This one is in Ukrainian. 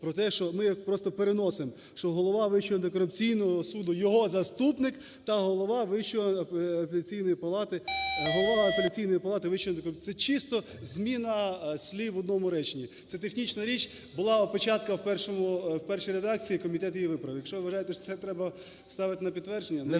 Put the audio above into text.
ми просто переносимо, що Голова Вищого антикорупційного суду, його заступник та Голова Апеляційної палати Вищого антикорупційного суду. Це чисто зміна слів в одному реченні. Це технічна річ, була опечатка в першій редакції, комітет її виправив. Якщо ви вважаєте, що це треба ставити на підтвердження…